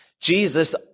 Jesus